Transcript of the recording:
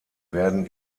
werden